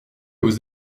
aux